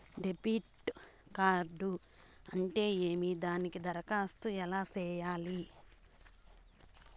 debit card అంటే ఏమి దానికి దరఖాస్తు ఎలా సేయాలి